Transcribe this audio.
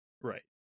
Right